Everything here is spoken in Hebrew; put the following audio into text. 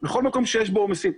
בכל מקום שיש בו עומסים.